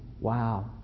Wow